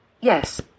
Yes